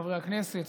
חברי הכנסת,